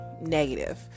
negative